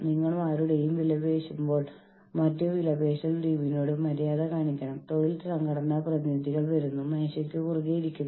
ഒരു നയത്തിന്റെ രൂപത്തിലോ അല്ലെങ്കിൽ ഒരു പ്രമാണത്തിന്റെ രൂപത്തിലോ എങ്ങനെയാണ് സംഘടനയുടെ തന്ത്രം എഴുതിയിരിക്കുന്നത്